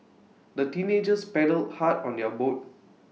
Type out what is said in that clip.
the teenagers paddled hard on their boat